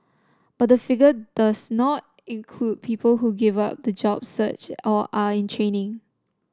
but the figure does not include people who give up the job search or are in training